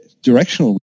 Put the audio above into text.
directional